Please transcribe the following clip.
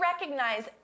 recognize